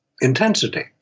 intensity